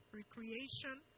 recreation